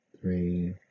Three